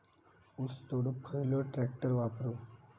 ऊस तोडुक खयलो ट्रॅक्टर वापरू?